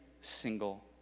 single